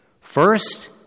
First